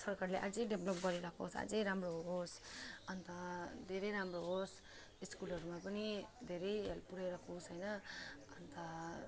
सरकारले अझै डेभलप गरेर अझै राम्रो होस् अन्त धेरै राम्रो होस् स्कुलहरूमा पनि धेरै हेल्प पुऱ्याइरहेको होस् होइन अन्त